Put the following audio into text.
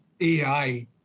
AI